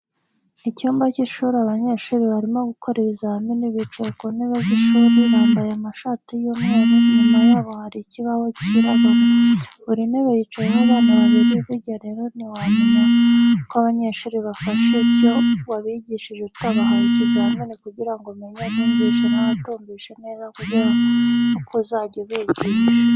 Icyumba cy'ishuri abanyeshuri barimo gukora ibizami bicaye ku ntebe z'ishuri, bambaye amashati y'umweru, inyuma yabo hari ikibaho kirabura. Buri ntebe yicayeho abana babiri. Burya rero ntiwamenya ko abanyeshuri bafashe ibyo wabigishije utabahaye ikizamini kugira ngo umenye abumvishe n'abatarumvishe neza kugira ngo umenye uko uzajya ubigisha.